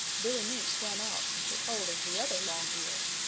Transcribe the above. billy mink swam out and took hold of the other long ear.